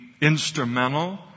instrumental